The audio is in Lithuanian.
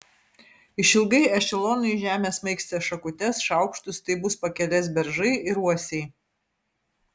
išilgai ešelonų į žemę smaigstė šakutes šaukštus tai bus pakelės beržai ir uosiai